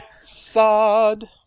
Sod